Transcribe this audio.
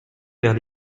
vers